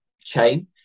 chain